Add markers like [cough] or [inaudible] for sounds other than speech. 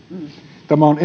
tämä on [unintelligible]